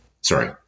Sorry